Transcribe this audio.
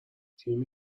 تیمی